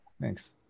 Thanks